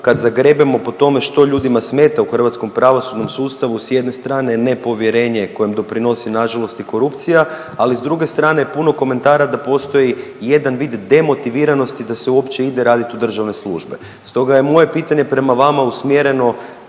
kad zagrebemo po tome što ljudima smeta u hrvatskom pravosudnom sustavu, s jedne strane nepovjerenje kojem doprinosi, nažalost i korupcija, ali s druge strane je puno komentara da postoji jedan vid demotiviranosti da se uopće ide raditi u državne službe. Stoga je moje pitanje prema vama usmjereno